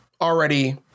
already